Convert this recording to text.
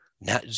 now